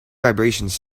vibrations